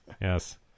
Yes